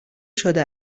شده